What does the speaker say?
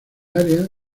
área